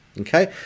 Okay